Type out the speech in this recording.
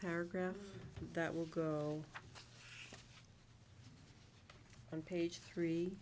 paragraph that will go on page three